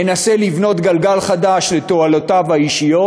מנסה לבנות גלגל חדש לתועלותיו האישיות,